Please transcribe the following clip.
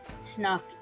snuck